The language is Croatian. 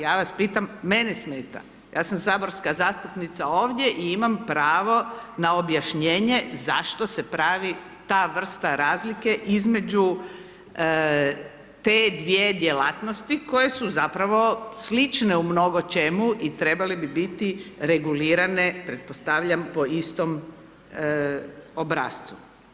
Ja vas pitam, mene smeta, ja sam saborska zastupnica ovdje i imam pravo na objašnjenje zašto se pravi ta vrsta razlike između te dvije djelatnosti koje su zapravo slične u mnogo čemu i trebale bi biti regulirane, pretpostavljam, po istom obrascu.